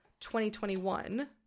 2021